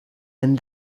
and